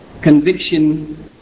conviction